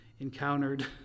encountered